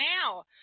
now